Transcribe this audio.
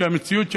שהמציאות,